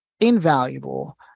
invaluable